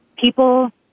people